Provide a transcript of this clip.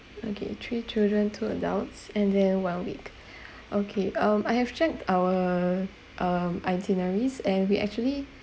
okay three children two adults and then one week okay um I have checked our um itineraries and we actually